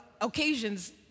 occasions